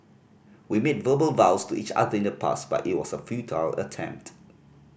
we made verbal vows to each other in the past but it was a futile attempt